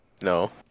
No